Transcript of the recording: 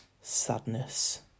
sadness